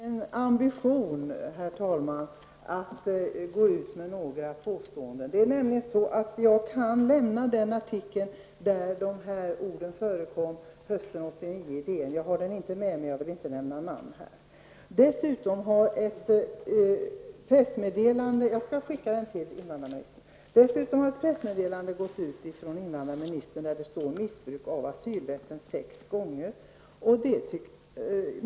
Herr talman! Jag har ingen ambition att gå ut med några påståenden. Jag kan överlämna den artikel från hösten 1989 där de här orden förekom, men jag har den inte med mig i dag, och jag vill inte nämna några namn. Jag skall skicka denna artikel till invandrarministern. Dessutom har ett pressmeddelande gått ut från invandrarministern där uttrycket missbruk av asylrätten förekommer sex gånger.